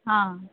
ହଁ